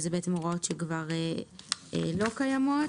שזה הוראות שכבר לא קיימות.